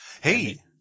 Hey